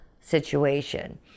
situation